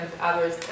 others